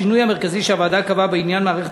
השינוי המרכזי שהוועדה קבעה בעניין מערכת